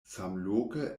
samloke